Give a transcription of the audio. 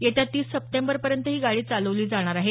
येत्या तीस सप्टेंबरपर्यंत ही गाडी चालवली जाणार आहे